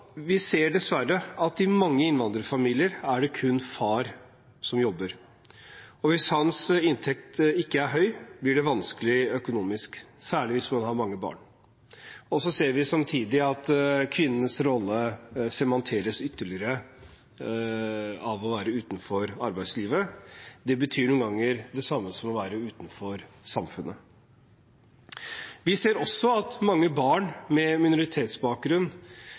Vi ser dessverre at i mange innvandrerfamilier er det kun far som jobber. Hvis hans inntekt ikke er høy, blir det vanskelig økonomisk, særlig hvis man har mange barn. Så ser vi samtidig at kvinnens rolle sementeres ytterligere ved å være utenfor arbeidslivet. Det betyr noen ganger det samme som å være utenfor samfunnet. Vi ser også at mange barn med minoritetsbakgrunn